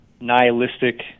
nihilistic